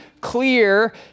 clear